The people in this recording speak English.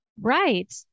Right